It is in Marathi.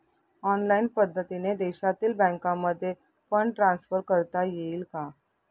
ऑनलाईन पद्धतीने देशातील बँकांमध्ये फंड ट्रान्सफर करता येईल का?